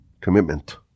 commitment